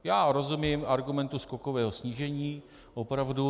Já rozumím argumentu skokového snížení, opravdu.